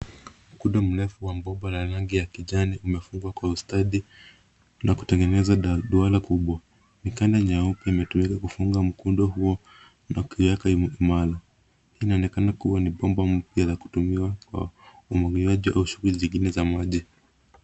Mkundo mrefu wa bomba la rangi ya kijani umefungwa kwa ustadi na kutengeneza duara kubwa. Mikanda nyeupe imetumika kufunga mkundo huo na kuiweka imara. Hii inaonekana kuwa ni bomba mpya la kutumiwa kwa umwagiliaji au shughuli zingine za maji.